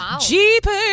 Jeepers